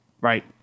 right